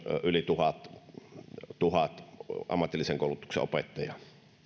yli tuhat tuhat ammatillisen koulutuksen opettajaa